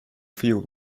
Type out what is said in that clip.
field